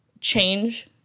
change